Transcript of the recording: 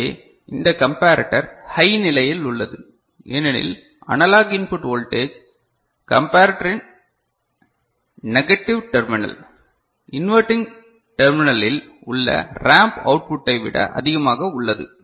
எனவே இந்த comparator high நிலையில் உள்ளது ஏனெனில் அனலாக் இன்புட் வோல்டேஜ் கம்பரட்டரின் நெகட்டிவ் டெர்மினலில் இன்வர்டிங் டெர்மினலில் உள்ள ரேம்ப் அவுட்புட் ஐ விட அதிகமாக உள்ளது